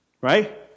Right